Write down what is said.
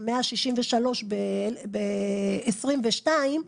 163 ב-2022,